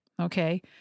Okay